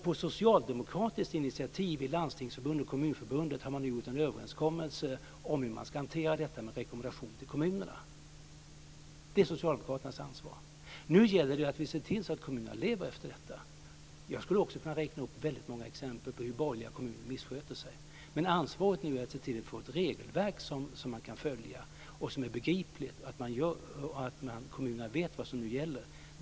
På socialdemokratiskt initiativ i Landstingsförbundet och Kommunförbundet har man gjort en överenskommelse om hur man ska hantera detta med hjälp av en rekommendation till kommunerna. Det är socialdemokraternas ansvar. Nu gäller det att se till att kommunerna lever efter denna rekommendation. Jag skulle kunna räkna upp många exempel på hur borgerliga kommuner missköter sig. Ansvaret nu är att se till att få ett regelverk som är begripligt och går att följa. Kommunerna ska nu veta vad som gäller.